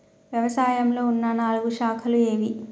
వ్యవసాయంలో ఉన్న నాలుగు శాఖలు ఏవి?